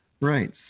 Right